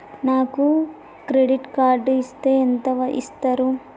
నాకు credit card ఇస్తే ఎంత ఇస్తరు?